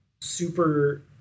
super